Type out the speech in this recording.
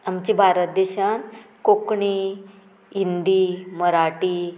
आमचे भारत देशांत कोंकणी हिंदी मराठी